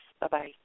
Bye-bye